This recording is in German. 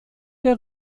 der